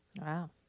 Wow